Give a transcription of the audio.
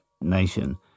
nation